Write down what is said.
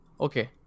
Okay